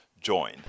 join